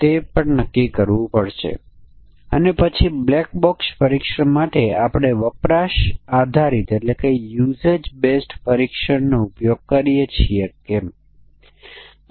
તેથી જો આપણે ફક્ત સીમાની અંદરના મૂલ્યોને ધ્યાનમાં લઈએ જે સકારાત્મક પરીક્ષણના કેસો છે જે આપણને અહીં 5 જોઈએ છે અને આપણને અહીં 5 ની જરૂર છે